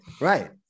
right